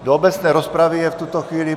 Do obecné rozpravy je v tuto chvíli ...